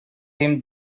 him